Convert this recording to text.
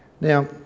now